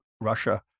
Russia